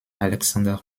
alexander